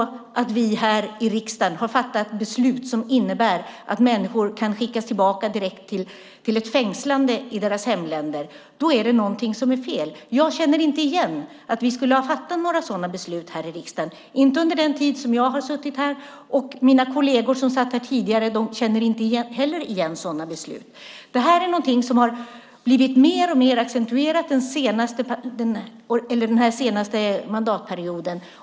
Har vi här i riksdagen fattat ett beslut som innebär att människor kan skickas tillbaka direkt till ett fängslande i sina hemländer är det något som är fel. Jag känner inte igen att vi skulle ha fattat några sådana beslut här i riksdagen, inte under den tid som jag har suttit här. Mina kolleger som satt här tidigare känner inte heller igen sådana beslut. Det här är något som har blivit mer och mer accentuerat den senaste mandatperioden.